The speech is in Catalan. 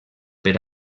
per